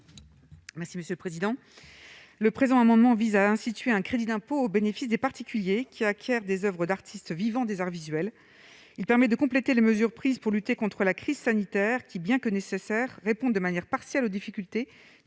Merci monsieur le président, le présent amendement vise à instituer un crédit d'impôt au bénéfice des particuliers qui acquièrent des Oeuvres d'artistes vivants des arts visuels, il permet de compléter les mesures prises pour lutter contre la crise sanitaire qui, bien que nécessaires répondent de manière partielle aux difficultés